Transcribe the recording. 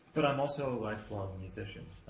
but i'm also a lifelong musician.